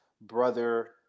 brother